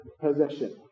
possession